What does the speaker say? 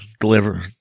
deliver